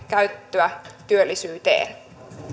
käytettyä työllisyyteen